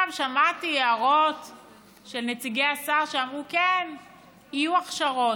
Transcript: שמעתי הערות של נציגי השר שאמרו: כן, יהיו הכשרות.